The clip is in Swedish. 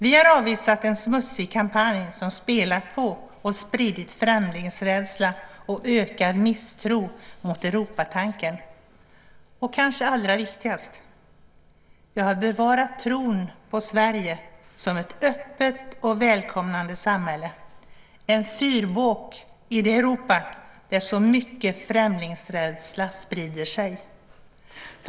Vi har avvisat en smutsig kampanj som spelat på och spritt främlingsrädsla och ökad misstro mot Europatanken och - kanske allra viktigast - vi har bevarat tron på Sverige som ett öppet och välkomnande samhälle - en fyrbåk i det Europa där så mycket främlingsrädsla sprider sig.